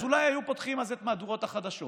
אז אולי פותחים בזה את מהדורות החדשות